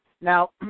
now